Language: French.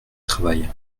travail